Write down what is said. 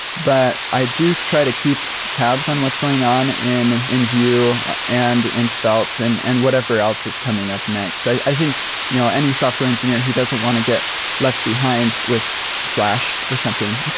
but i do try to keep tabs on what's going on in in vue and in svelte and and whatever else is coming up next day. i think you know any software engineer who doesn't want to get left behind with fl ash or something